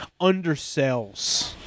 undersells